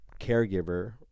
caregiver